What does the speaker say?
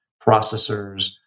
processors